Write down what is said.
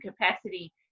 capacity